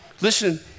Listen